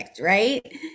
right